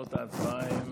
תוצאות ההצבעה הן